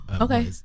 okay